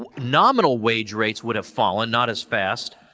ah nominal wage rates would have fallen, not as fast.